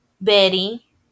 Betty